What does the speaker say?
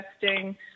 testing